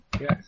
Yes